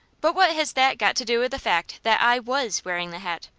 but what has that got to do with the fact that i was wearing the hat?